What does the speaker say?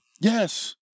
Yes